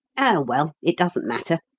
oh, well, it doesn't matter.